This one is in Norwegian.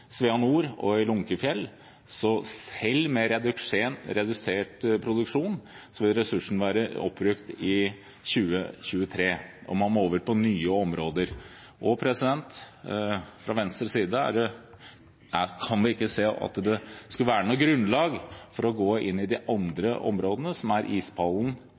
og i Lunkefjell, vil ressursen – selv med redusert produksjon – være oppbrukt i 2023, og man må over på nye områder. Fra Venstres side kan vi ikke se at det skulle være noe grunnlag for å gå inn i de andre områdene, som er Ispallen